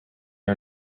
are